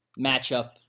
matchup